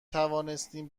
توانستیم